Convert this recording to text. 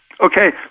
Okay